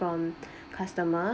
from customer